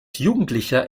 jugendlicher